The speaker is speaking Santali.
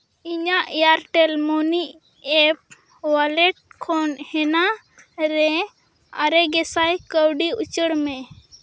ᱤᱧᱟᱹᱜ ᱮᱭᱟᱨᱴᱮᱞ ᱢᱟᱱᱤ ᱮᱯ ᱚᱣᱟᱞᱮᱴ ᱠᱷᱚᱱ ᱦᱮᱱᱟ ᱨᱮ ᱟᱨᱮ ᱜᱮ ᱥᱟᱭ ᱠᱟᱹᱣᱰᱤ ᱩᱪᱟᱹᱲ ᱢᱮ